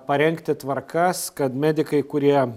parengti tvarkas kad medikai kurie